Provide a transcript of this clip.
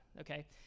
okay